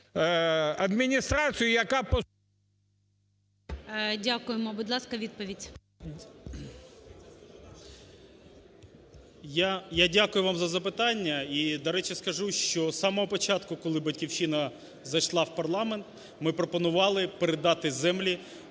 Я дякую вам за запитання. І, до речі, скажу, що з самого початку, коли "Батьківщина" зайшла в парламент, ми пропонували передати землі